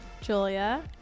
julia